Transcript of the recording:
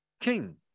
king